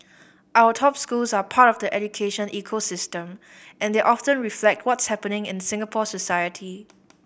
our top schools are part of the education ecosystem and they often reflect what's happening in Singapore society